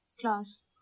class